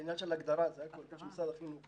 זה עניין של הגדרה של משרד החינוך.